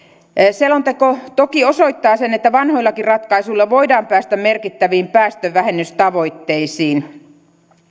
selonteko toki osoittaa sen että vanhoillakin ratkaisuilla voidaan päästä merkittäviin päästövähennystavoitteisiin